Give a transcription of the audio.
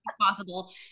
possible